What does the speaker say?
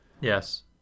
yes